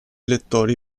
lettori